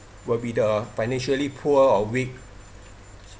will be the financially poor or weak